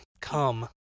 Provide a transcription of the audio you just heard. Come